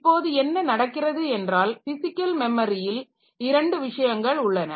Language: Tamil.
இப்போது என்ன நடக்கிறது என்றால் பிஸிக்கல் மெமரியில் இரண்டு விஷயங்கள் உள்ளன